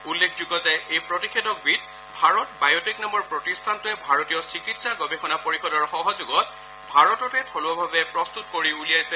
উল্লেখযোগ্য যে এই প্ৰতিষেধকবিধ ভাৰত বায় টেক নামৰ প্ৰতিষ্ঠানটোৱে ভাৰতীয় চিকিৎসা গৱেষণা পৰিষদৰ সহযোগত ভাৰততে থলুৱাভাৱে প্ৰস্তত কৰি উলিয়াইছে